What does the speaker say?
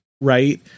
Right